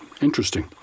Interesting